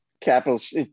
Capitals